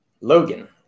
Logan